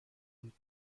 بود